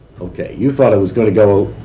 okay. you thought it was going to go.